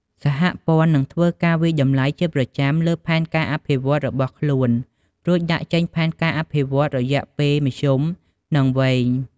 សហព័ន្ធនឹងធ្វើការវាយតម្លៃជាប្រចាំលើផែនការអភិវឌ្ឍន៍របស់ខ្លួនរួចដាក់ចេញផែនការអភិវឌ្ឍន៍រយៈពេលមធ្យម និងវែង។